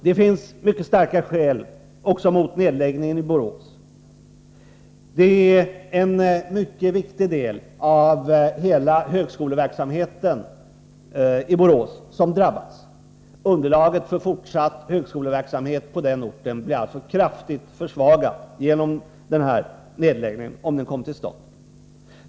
Det finns mycket starka skäl också mot nedläggningen i Borås. En mycket viktig del av högskoleverksamheten i Borås drabbas. Underlaget för fortsatt verksamhet på orten blir kraftigt försvagat om nedläggningen kommer till stånd.